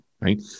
right